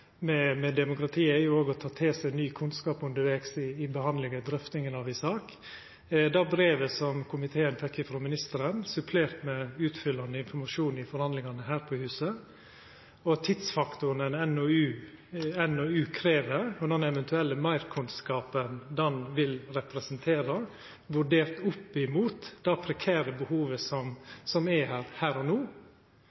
med demokratiet er jo at ein kan ta til seg ny kunnskap undervegs i behandlinga og drøftinga av ei sak. Det brevet som komiteen fekk frå ministeren, supplert med utfyllande informasjon i forhandlingane her på huset, tidsfaktoren ei NOU krev og den eventuelle meirkunnskapen ei NOU vil representera, vurdert opp mot det prekære behovet som